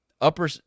upper